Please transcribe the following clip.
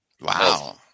Wow